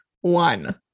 one